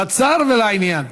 קצר ולעניין.